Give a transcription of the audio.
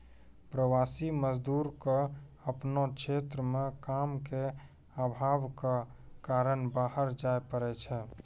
प्रवासी मजदूर क आपनो क्षेत्र म काम के आभाव कॅ कारन बाहर जाय पड़ै छै